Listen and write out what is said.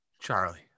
Charlie